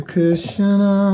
Krishna